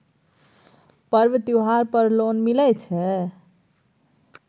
पर्व त्योहार पर लोन मिले छै?